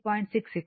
σyσx అంటే 8